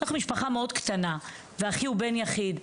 אנחנו משפחה מאוד קטנה ואחי הוא בן יחיד,